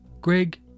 Greg